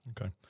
Okay